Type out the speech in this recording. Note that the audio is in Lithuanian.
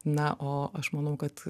na o aš manau kad